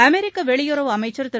அமெரிக்க வெளியுறவு அமைச்சர் திரு